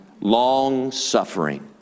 Long-suffering